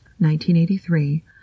1983